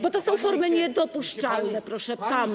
Bo to są formy niedopuszczalne, proszę pana.